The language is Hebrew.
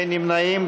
אין נמנעים.